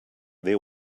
they